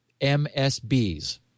MSBs